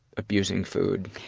abusing food?